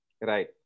Right